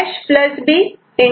A' B